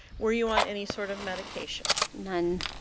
were you on any sort of medication? none.